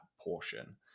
portion